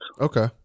Okay